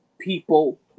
people